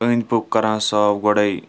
أنٛدۍ پوٚکھ کران صاف گۄڈَٕ